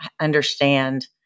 understand